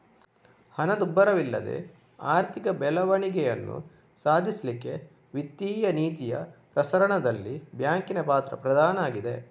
ಹಣದುಬ್ಬರವಿಲ್ಲದೆ ಆರ್ಥಿಕ ಬೆಳವಣಿಗೆಯನ್ನ ಸಾಧಿಸ್ಲಿಕ್ಕೆ ವಿತ್ತೀಯ ನೀತಿಯ ಪ್ರಸರಣದಲ್ಲಿ ಬ್ಯಾಂಕಿನ ಪಾತ್ರ ಪ್ರಧಾನ ಆಗಿದೆ